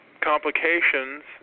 complications